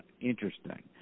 interesting